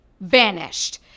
vanished